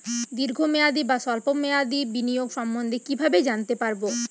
দীর্ঘ মেয়াদি বা স্বল্প মেয়াদি বিনিয়োগ সম্বন্ধে কীভাবে জানতে পারবো?